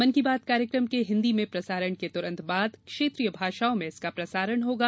मन की बात कार्यक्रम के हिन्दी में प्रसारण के तुरंत बाद क्षेत्रीय भाषाओं में इसका प्रसारण होगा